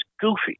goofy